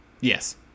Yes